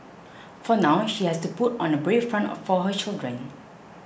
for now she has to put on a brave front of for her children